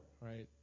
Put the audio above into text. right